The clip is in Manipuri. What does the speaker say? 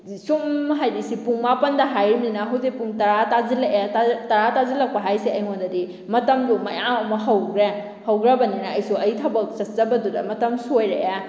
ꯁꯨꯝ ꯍꯥꯏꯔꯤꯁꯤ ꯄꯨꯡ ꯃꯥꯄꯟꯗ ꯍꯥꯏꯔꯤꯝꯅꯤꯅ ꯍꯧꯖꯤꯛ ꯄꯨꯡ ꯇꯔꯥ ꯇꯥꯁꯤꯜꯂꯛꯑꯦ ꯇꯔꯥ ꯇꯥꯁꯤꯜꯂꯛꯄ ꯍꯥꯏꯁꯦ ꯑꯩꯉꯣꯟꯗꯗꯤ ꯃꯇꯝꯗꯨ ꯃꯌꯥꯝ ꯑꯃ ꯍꯧꯈ꯭ꯔꯦ ꯍꯧꯈ꯭ꯔꯕꯅꯤꯅ ꯑꯩꯁꯨ ꯑꯩꯒꯤ ꯊꯕꯛ ꯆꯠꯆꯕꯗꯨꯗ ꯃꯇꯝ ꯁꯣꯏꯔꯛꯑꯦ